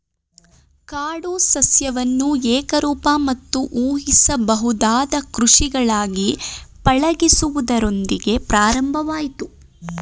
ಕಾಡು ಸಸ್ಯವನ್ನು ಏಕರೂಪ ಮತ್ತು ಊಹಿಸಬಹುದಾದ ಕೃಷಿಗಳಾಗಿ ಪಳಗಿಸುವುದರೊಂದಿಗೆ ಪ್ರಾರಂಭವಾಯ್ತು